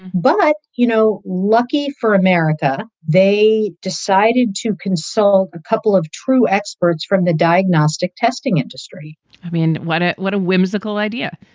but you know lucky for america, they decided to consult a couple of true experts from the diagnostic testing industry i mean, what ah what a whimsical idea